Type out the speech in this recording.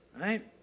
right